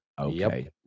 Okay